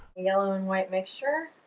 yellow and white mixture.